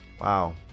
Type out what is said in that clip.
Wow